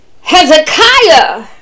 hezekiah